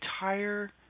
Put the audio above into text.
entire